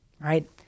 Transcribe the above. right